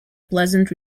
pleasant